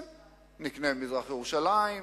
נקנה ממזרח-ירושלים.